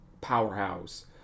powerhouse